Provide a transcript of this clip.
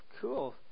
cool